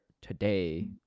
today